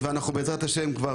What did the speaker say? בעזרת השם אנחנו נפעל,